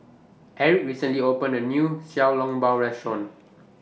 Erick recently opened A New Xiao Long Bao Restaurant